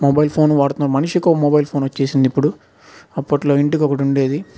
mobile phone వాడు తున్నారు మనిషికో మొబైల్ ఫోన్ వచ్చేసింది ఇప్పుడు అప్పట్లో ఇంటికి ఒకతో ఉండేది